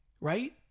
right